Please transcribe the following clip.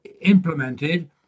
implemented